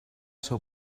seu